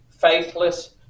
faithless